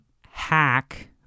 hack